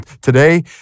today